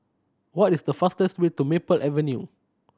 what is the fastest way to Maple Avenue